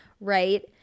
right